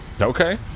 Okay